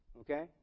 okay